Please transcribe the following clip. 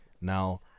Now